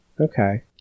okay